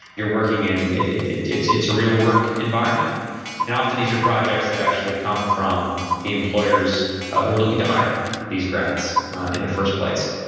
you're working in, it's it's a real work environment and often these are projects that actually come from the employers who are looking to hire these grads in the first place,